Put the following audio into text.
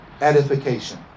edification